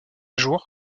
jour